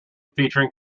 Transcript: featuring